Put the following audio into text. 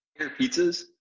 Pizzas